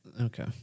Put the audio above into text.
okay